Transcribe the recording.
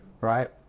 right